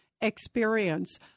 experience